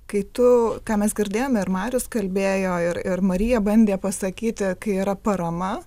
kai tu ką mes girdėjome ir marius kalbėjo ir ir marija bandė pasakyti kai yra parama